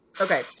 Okay